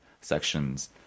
sections